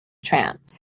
trance